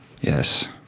Yes